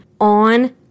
on